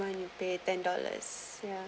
month you pay ten dollars ya